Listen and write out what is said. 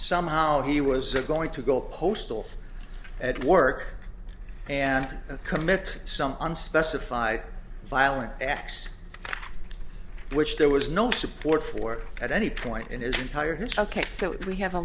somehow he was going to go postal at work and commit some unspecified violent acts which there was no support for at any point in his entire history so we have a